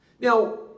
Now